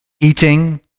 eating